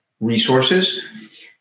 resources